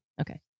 Okay